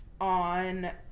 on